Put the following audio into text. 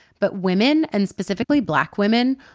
but women, and specifically, black women,